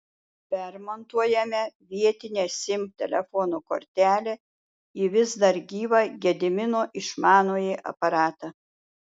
permontuojame vietinę sim telefono kortelę į vis dar gyvą gedimino išmanųjį aparatą